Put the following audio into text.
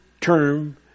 term